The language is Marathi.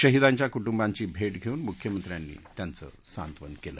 शहिदांच्या कुटुंबाची भेट घेऊन मुख्यमंत्र्यांनी त्यांचं सांत्वन केलं